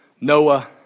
Noah